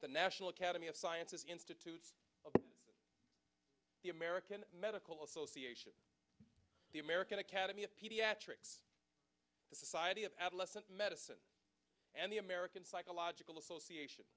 the national academy of sciences institute the american medical association the american academy of pediatrics the society of adolescent medicine and the american psychological association